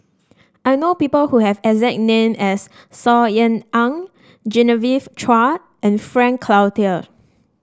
I know people who have exact name as Saw Ean Ang Genevieve Chua and Frank Cloutier